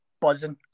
buzzing